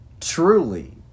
truly